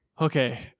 Okay